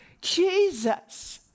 Jesus